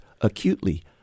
acutely